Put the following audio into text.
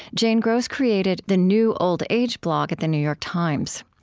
jane gross created the new old age blog at the new york times.